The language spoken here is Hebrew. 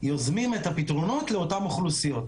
יוזמים את הפתרונות לאותן אוכלוסיות,